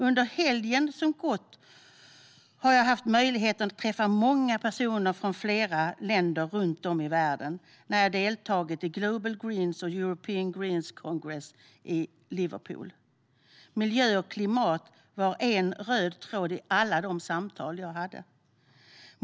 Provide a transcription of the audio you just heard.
Under föregående helg hade jag möjligheten att träffa många personer från flera länder runt om i världen när jag deltog i Global Greens and European Greens Congress i Liverpool. Miljö och klimat var en röd tråd i alla de samtal jag deltog i.